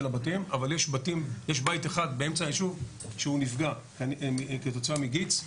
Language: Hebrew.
בתים אבל יש בית אחד באמצע הישוב שנפגע כתוצאה מגיץ.